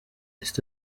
east